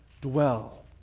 dwell